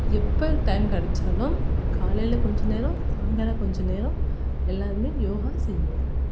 எப்போ டைம் கெடைச்சாலும் காலையில் கொஞ்சம் நேரம் சாயங்காலம் கொஞ்சம் நேரம் எல்லோருமே யோகா செய்யுங்கள்